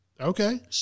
Okay